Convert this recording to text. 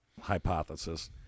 hypothesis